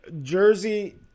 jersey